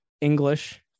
English